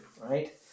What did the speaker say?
right